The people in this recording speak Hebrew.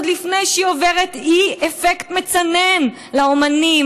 עוד לפני שהיא עוברת היא אפקט מצנן לאומנים,